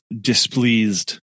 displeased